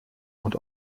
und